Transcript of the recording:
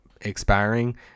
expiring